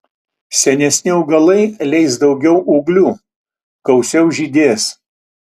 senesni augalai leis daugiau ūglių gausiau žydės